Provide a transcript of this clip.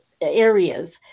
areas